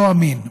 לא אמין.